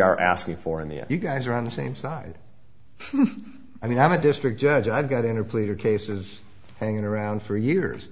are asking for in the you guys are on the same side i mean i'm a district judge i've got in a pleader cases hanging around for years